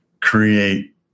create